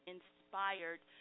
Inspired